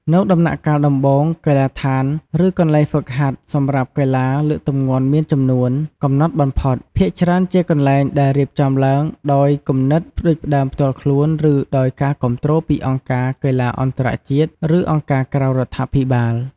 នៅដំណាក់កាលដំបូង កីឡាដ្ឋាន ឬកន្លែងហ្វឹកហាត់ សម្រាប់កីឡាលើកទម្ងន់មានចំនួន កំណត់បំផុត។ ភាគច្រើនជាកន្លែងដែលរៀបចំឡើងដោយគំនិតផ្តួចផ្តើមផ្ទាល់ខ្លួន ឬដោយការគាំទ្រពីអង្គការកីឡាអន្តរជាតិ ឬអង្គការក្រៅរដ្ឋាភិបាល។